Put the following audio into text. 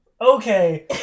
Okay